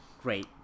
great